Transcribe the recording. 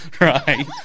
right